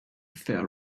fair